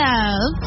Love